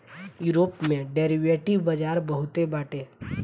Europe में derivative बाजार बहुते बाटे